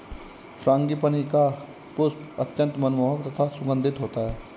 frangipani का पुष्प अत्यंत मनमोहक तथा सुगंधित होता है